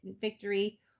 victory